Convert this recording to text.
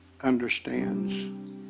understands